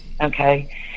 Okay